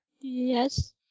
Yes